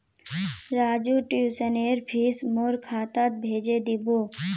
राजूर ट्यूशनेर फीस मोर खातात भेजे दीबो